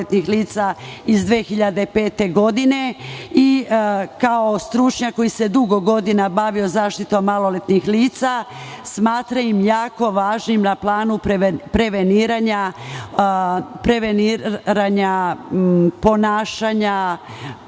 iz 2005. godine. Kao stručnjak koji se dugo godina bavio zaštitom maloletnih lica, smatram ih jako važnim na planu preveniranja protivpravnog